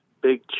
big